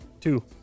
two